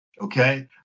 okay